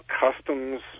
customs